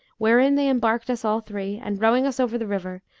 wherein they embarked us all three and, rowing us over the river,